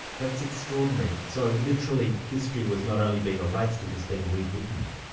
that's extraordinary. so literally, history was not only being erased, it was being rewritten.